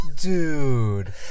dude